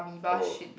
oh